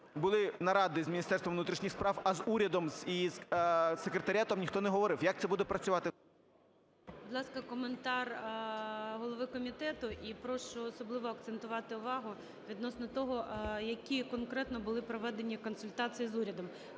були наради з Міністерством внутрішніх справ, а з урядом і з секретаріатом ніхто не говорив, як це буде працювати… ГОЛОВУЮЧИЙ. Будь ласка, коментар голови комітету. І прошу особливо акцентувати увагу відносно того, які конкретно були проведені консультації з урядом,